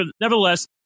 nevertheless